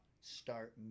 Start